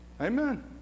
Amen